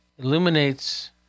illuminates